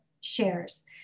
shares